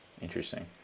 Interesting